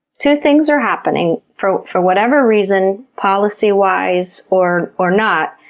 two things are happening. for for whatever reason, policy-wise or or not,